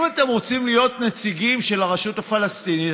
אם אתם רוצים להיות נציגים של הרשות הפלסטינית,